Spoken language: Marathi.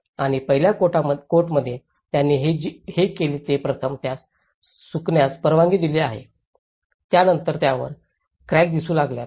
आणि पहिल्या कोटमध्ये त्यांनी जे केले ते प्रथम त्यास सुकण्यास परवानगी दिली आणि त्यानंतर त्यावर क्रॅक दिसू लागल्या